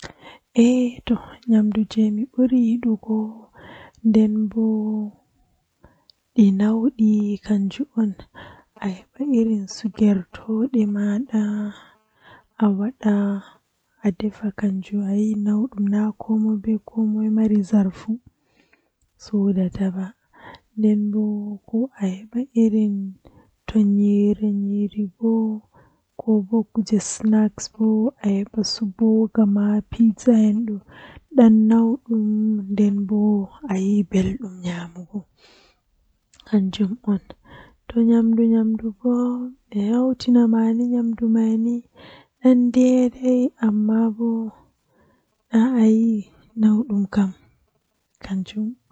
Ahawta ayon malla woggirgel ma haa hiite to hiite man wuli masin sei a hhosa kare ma aweita atokka nyo'ugo kare man, Adon nyobba dum ado nyo'a atawan kare man don walta atagga dum no ayidi haa atimmina woggago.